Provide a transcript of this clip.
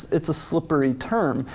it's a slippery term.